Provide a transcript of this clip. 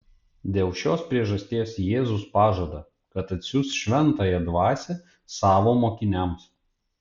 dėl šios priežasties jėzus pažada kad atsiųs šventąją dvasią savo mokiniams